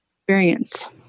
experience